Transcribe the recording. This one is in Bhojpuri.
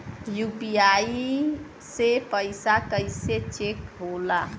यू.पी.आई से पैसा कैसे चेक होला?